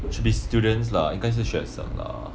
it should be students lah 应该是学生 lah